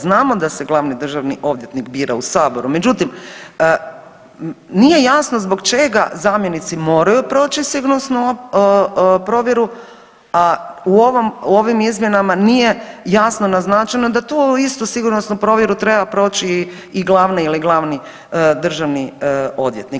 Znamo da se glavni državni odvjetnik bira u saboru, međutim nije jasno zbog čega zamjenici moraju proći sigurnosnu provjeru, a u ovim izmjenama nije jasno naznačeno da tu istu sigurnosnu provjeru treba proći i glavni državni odvjetnik.